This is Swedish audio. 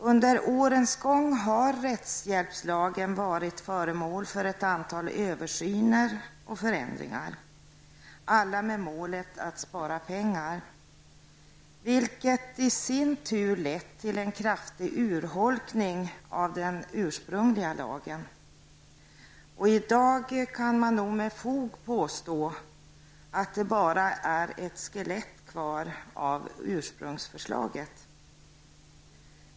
Under årens gång har rättshjälpslagen varit föremål för ett antal översyner och förändringar, alla med målet att spara pengar, vilket i sin tur lett till en kraftig urholkning av den ursprungliga lagen. I dag kan man nog med fog påstå att det bara är ett skelett kvar av ursprungsförslaget.